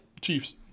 Chiefs